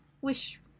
wish